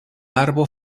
arbo